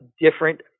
different